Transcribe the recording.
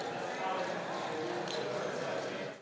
Hvala